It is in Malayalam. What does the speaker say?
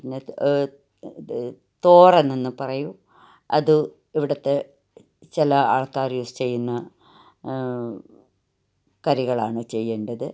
പിന്നെ ഇതു തോരൻ എന്നു പറയും അത് ഇവിടുത്തെ ചില ആൾക്കാർ യൂസ് ചെയ്യുന്ന കറികളാണ് ചെയ്യേണ്ടത്